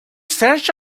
search